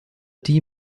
die